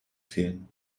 fehlen